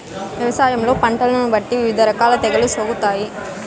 వ్యవసాయంలో పంటలను బట్టి వివిధ రకాల తెగుళ్ళు సోకుతాయి